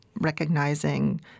recognizing